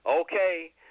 Okay